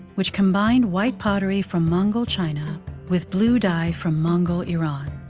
which combined white pottery from mongol china with blue dye from mongol iran.